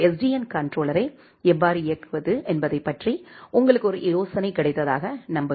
என் கண்ட்ரோலரை எவ்வாறு இயக்குவது என்பது பற்றி உங்களுக்கு ஒரு யோசனை கிடைத்ததாக நம்புகிறேன்